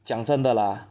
讲真的 lah